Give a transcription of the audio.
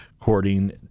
According